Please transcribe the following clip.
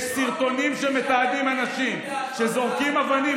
יש סרטונים שמתעדים אנשים שזורקים אבנים,